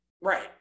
right